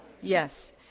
Yes